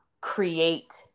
create